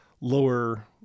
lower